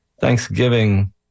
Thanksgiving